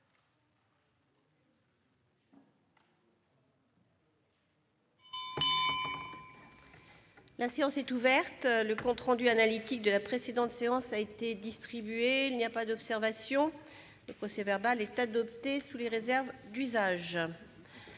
La séance est ouverte. Le compte rendu analytique de la précédente séance a été distribué. Il n'y a pas d'observation ?... Le procès-verbal est adopté sous les réserves d'usage.